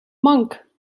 mank